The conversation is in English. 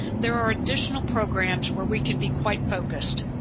there are additional programs where we can be quite focused.